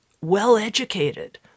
well-educated